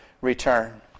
return